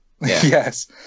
Yes